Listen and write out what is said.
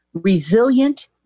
resilient